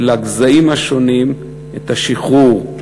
ולגזעים השונים, את השחרור.